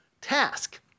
task